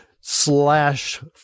slash